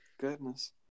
goodness